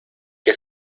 que